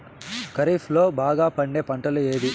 ఖరీఫ్ లో బాగా పండే పంట ఏది?